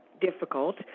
difficult